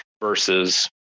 versus